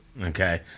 okay